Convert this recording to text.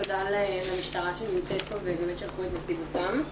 תודה למשטרה שנמצאת פה ובאמת שלחו את נציגותם.